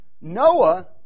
Noah